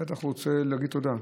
הוא בטח רוצה להגיד תודה.